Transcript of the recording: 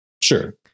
sure